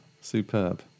superb